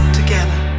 together